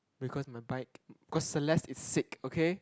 because my bike because Celeste is sick okay